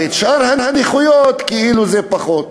ושאר הנכויות הן כאילו פחות.